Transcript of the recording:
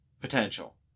potential